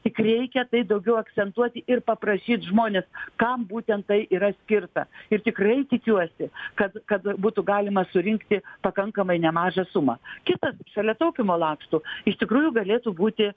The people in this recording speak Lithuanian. tik reikia tai daugiau akcentuoti ir paprašyt žmonės kam būtent tai yra skirta ir tikrai tikiuosi kad kad būtų galima surinkti pakankamai nemažą sumą kitas šalia taupymo lakštų iš tikrųjų galėtų būti